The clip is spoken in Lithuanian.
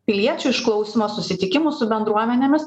piliečių išklausymo susitikimų su bendruomenėmis